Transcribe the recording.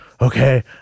okay